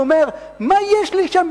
הוא אומר: מה יש לי שם,